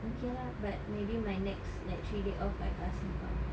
okay lah but maybe my next like three day off I ask him out